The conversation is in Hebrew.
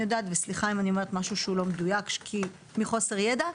סליחה אם אני אומרת משהו שהוא לא מדויק מחוסר ידע,